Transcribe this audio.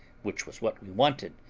which was what we wanted,